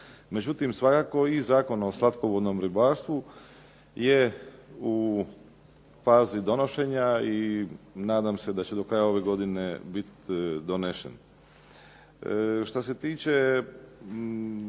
Međutim svakako i Zakon o slatkovodnom ribarstvu je u fazi donošenja i nadam se da će do kraja ove godine biti donesen. Šta se tiče